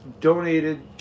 Donated